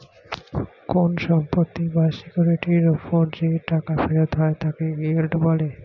কোন সম্পত্তি বা সিকিউরিটির উপর যে টাকা ফেরত হয় তাকে ইয়েল্ড বলে